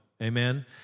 Amen